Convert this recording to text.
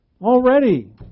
already